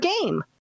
game